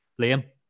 Liam